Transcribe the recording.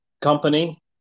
company